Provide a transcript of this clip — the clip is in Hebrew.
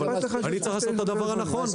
אבל אני צריך לעשות את הדבר הנכון.